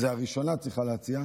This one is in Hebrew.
הראשונה צריכה להציע,